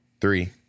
three